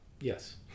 Yes